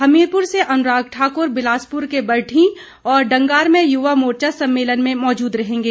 हमीरपुर से अनुराग ठाकुर बिलासपुर के बरठीं और डंगार में युवा मोर्चा सम्मेलन में मौजूद रहेंगे